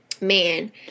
man